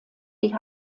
die